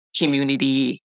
community